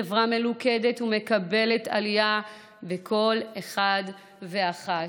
חברה מלוכדת ומקבלת עלייה וכל אחד ואחת.